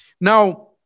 Now